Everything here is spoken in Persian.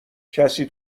کسی